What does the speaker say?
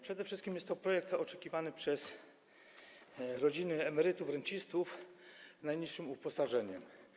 Przede wszystkim jest to projekt oczekiwany przez rodziny, emerytów, rencistów z najniższym uposażeniem.